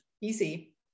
easy